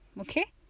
okay